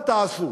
מה תעשו,